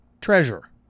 Treasure